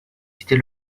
citer